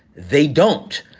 they don't.